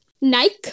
Nike